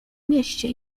mieście